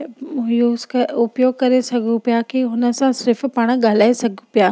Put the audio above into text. use कयो उपयोगु करे सघूं पिया की हुन सां सिर्फ़ु पाण ॻाल्हाए सघूं पिया